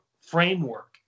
framework